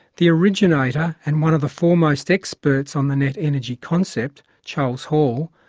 the originator, and one of the foremost experts on the net-energy concept, charles hall,